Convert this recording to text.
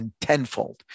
tenfold